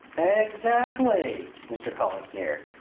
exactly! mr. cullen sneered.